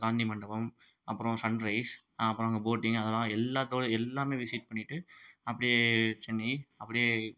காந்தி மண்டபம் அப்புறம் சன்ரைஸ் அப்புறம் அங்கே போட்டிங் அதெல்லாம் எல்லாத்தோடு எல்லாமே விசிட் பண்ணிட்டு அப்படியே சென்னை அப்படியே